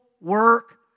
work